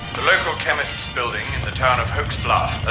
the local chemist's building in the town of hoke's bluff